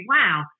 wow